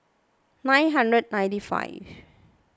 nine hundred ninety five